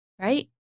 right